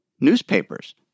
newspapers